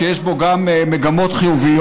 כי יש בו גם מגמות חיוביות,